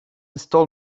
stole